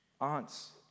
aunts